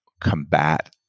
combat